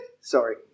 Sorry